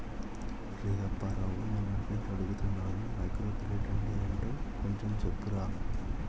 రేయ్ అప్పారావు, మొన్నట్నుంచి అడుగుతున్నాను మైక్రోక్రెడిట్ అంటే ఏంటో కొంచెం చెప్పురా